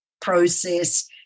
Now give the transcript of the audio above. process